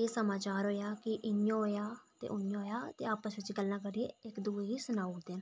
एह् समाचार होएआ कि इ'यां होएया ते उ'आं होएआ ते आपस बिच गल्लां करियै इक दूए गी सनाई ओड़दे न